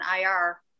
IR